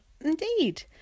Indeed